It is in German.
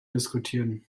diskutieren